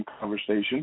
conversation